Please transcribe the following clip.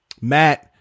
Matt